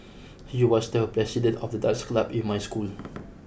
he was the president of the dance club in my school